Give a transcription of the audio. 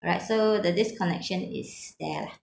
alright so the disconnection is there lah